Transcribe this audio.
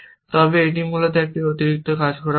তবে এটি মূলত একটি অতিরিক্ত কাজ করার মতো